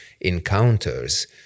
encounters